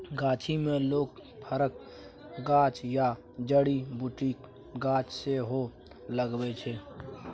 गाछी मे लोक फरक गाछ या जड़ी बुटीक गाछ सेहो लगबै छै